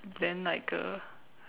then like uh